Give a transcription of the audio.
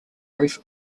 roof